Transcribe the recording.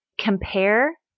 compare